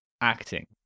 acting